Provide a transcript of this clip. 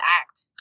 act